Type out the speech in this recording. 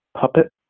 puppet